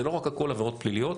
זה לא רק הכול עבירות פליליות.